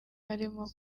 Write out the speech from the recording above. harimo